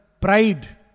pride